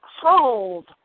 hold